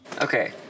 Okay